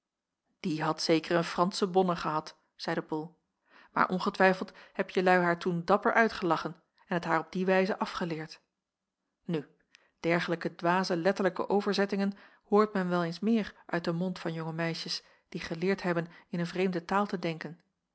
die had zeker een fransche bonne gehad zeide bol maar ongetwijfeld heb jelui haar toen dapper uitgelachen en het haar op die wijze afgeleerd nu dergelijke dwaze letterlijke overzettingen hoort men wel eens meer uit den mond van jonge meisjes die geleerd hebben in een vreemde taal te denken